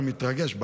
אני מתרגש,